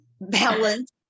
balance